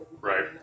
right